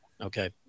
Okay